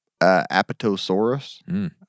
Apatosaurus